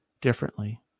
differently